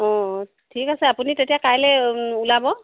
অঁ ঠিক আছে আপুনি তেতিয়া কাইলৈ ওলাব